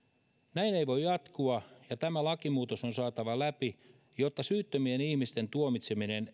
näin ei voi jatkua ja tämä lakimuutos on saatava läpi jotta syyttömien ihmisten tuomitseminen